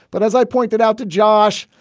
but as i pointed out to josh,